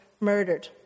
murdered